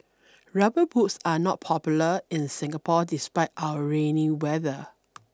rubber boots are not popular in Singapore despite our rainy weather